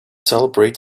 celebrate